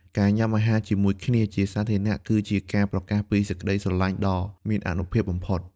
ការញុាំអាហារជាមួយគ្នាជាសាធារណៈ គឺជាការប្រកាសពីសេចក្ដីស្រឡាញ់ដ៏មានអានុភាពបំផុត។